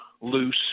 loose